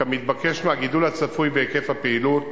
כמתבקש מהגידול הצפוי בהיקף הפעילות,